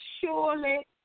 surely